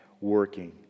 working